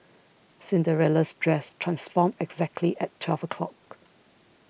Cinderella's dress transformed exactly at twelve o'clock